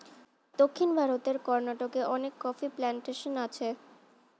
দক্ষিণ ভারতের কর্ণাটকে অনেক কফি প্ল্যান্টেশন আছে